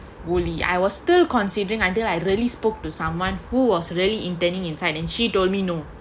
Woolie I was still considering until I really spoke to someone who was really intending inside and she told me no